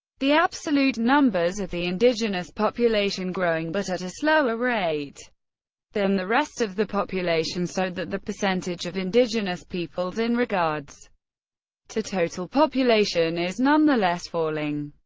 the absolute numbers of the indigenous population growing, but at a slower rate than the rest of the population so that the percentage of indigenous peoples in regards to total population is nonetheless falling.